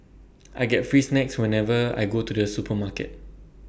I get free snacks whenever I go to the supermarket